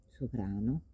soprano